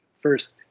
First